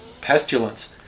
pestilence